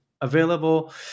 available